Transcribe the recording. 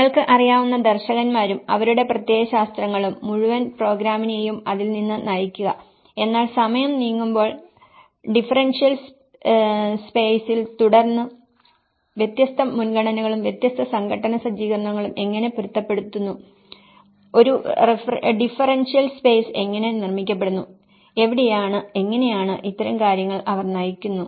നിങ്ങൾക്ക് അറിയാവുന്ന ദർശകന്മാരും അവരുടെ പ്രത്യയശാസ്ത്രങ്ങളും മുഴുവൻ പ്രോഗ്രാമിനെയും അതിൽ നിന്ന് നയിക്കുക എന്നാൽ സമയം നീങ്ങുമ്പോൾ ഡിഫറൻഷ്യൽ സ്പെയ്സിൽ തുടർന്ന് വ്യത്യസ്ത മുൻഗണനകളും വ്യത്യസ്ത സംഘട്ടന സജ്ജീകരണങ്ങളും എങ്ങനെ പൊരുത്തപ്പെടുത്തുന്നു ഒരു ഡിഫറൻഷ്യൽ സ്പെയ്സ് എങ്ങനെ നിർമ്മിക്കപ്പെടുന്നു എവിടെയാണ് എങ്ങനെയാണ് ഇത്തരം കാര്യങ്ങൾ അവർ നയിക്കുന്നു